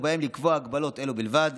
ובהם לקבוע הגבלות אלה בלבד: